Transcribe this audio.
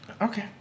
Okay